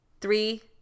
three